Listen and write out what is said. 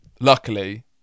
luckily